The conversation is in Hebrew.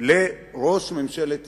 לראש ממשלת ישראל.